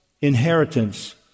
inheritance